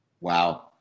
Wow